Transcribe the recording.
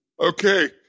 Okay